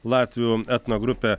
latvių etno grupė